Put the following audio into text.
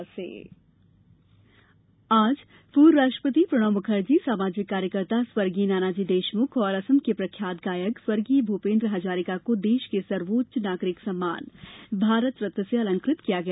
भारत रल आज पूर्व राष्ट्रपति प्रणब मुखर्जी सामाजिक कार्यकर्ता स्वर्गीय नानाजी देशमुख और असम के प्रख्यात गायक स्वर्गीय भूपेन्द्र हजारिका को देश के सर्वोच्च नागरिक सम्मान भारत रत्न से अलंकृत किया गया